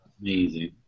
amazing